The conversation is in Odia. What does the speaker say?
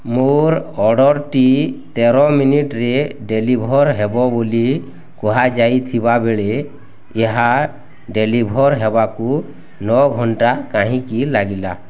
ମୋର ଅର୍ଡ଼ର୍ଟି ତେର ମିନିଟ୍ରେ ଡ଼େଲିଭର୍ ହେବ ବୋଲି କୁହାଯାଇଥିବା ବେଳେ ଏହା ଡ଼େଲିଭର୍ ହେବାକୁ ନଅ ଘଣ୍ଟା କାହିଁକି ଲାଗିଲା